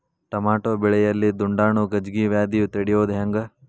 Tomato ಬೆಳೆಯಲ್ಲಿ ದುಂಡಾಣು ಗಜ್ಗಿ ವ್ಯಾಧಿ ತಡಿಯೊದ ಹೆಂಗ್?